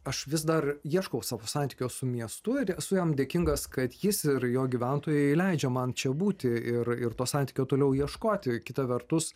aš vis dar ieškau savo santykio su miestu ir esu jam dėkingas kad jis ir jo gyventojai leidžia man čia būti ir ir to santykio toliau ieškoti kita vertus